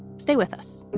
stay with us